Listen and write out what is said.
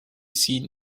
seen